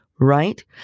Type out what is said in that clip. right